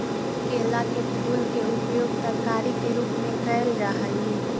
केला के फूल के उपयोग तरकारी के रूप में कयल जा हई